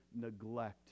neglect